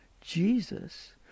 Jesus